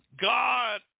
God